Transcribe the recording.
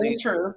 true